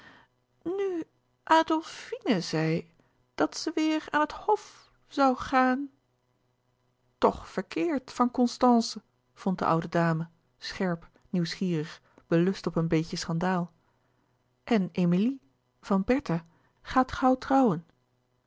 nu adlfine zei dat ze weêr aan het hof zoû gaàn toch verkeerd van constance vond de oude dame scherp nieuwsgierig belust op een beetje schandaal en emilie van bertha gaat gauw trouwen